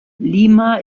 lima